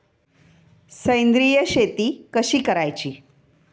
सेंद्रिय शेती कशी करायची?